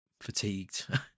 fatigued